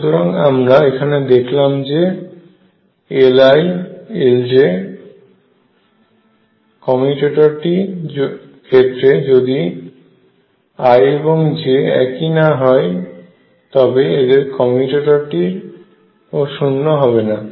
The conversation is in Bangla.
সুতরাং আমরা এখানে দেখলাম যে Li Lj কমিউটেটর টির ক্ষেত্রে যদি i এবং j একই না হয় তবে এদের কমিউটেটরটি ও শুন্য হবে না